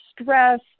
stress